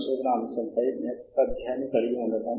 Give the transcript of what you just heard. మరియు మనకి నమోదు చేసుకోవలసిన అవసరం ఏమైనా ఉందా